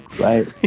right